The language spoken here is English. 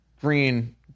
green